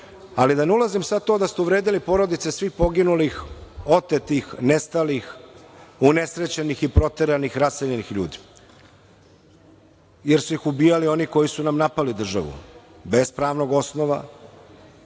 Da ne ulazim sad u to da ste uvredili porodice svih poginulih, otetih, nestalih, unesrećenih i proteranih i raseljenih ljudi, jer su ih ubijali oni koji su nam napali državu, bez pravnog osnova,